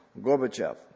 Gorbachev